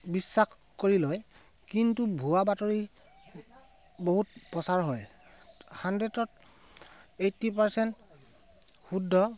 বিশ্বাস কৰি লয় কিন্তু ভুৱা বাতৰি বহুত প্ৰচাৰ হয় হাণ্ড্ৰেডত এইটি পাৰ্চেণ্ট শুদ্ধ